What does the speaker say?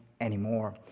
anymore